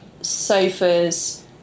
sofas